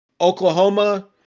Oklahoma